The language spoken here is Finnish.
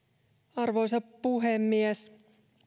arvoisa puhemies